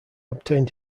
obtained